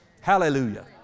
Hallelujah